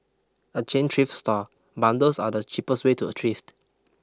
a chain thrift store bundles are the cheapest way to a thrift